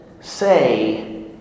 say